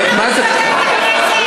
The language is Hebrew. אתה מבזה את הכנסת ואת בית-המשפט העליון,